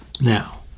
now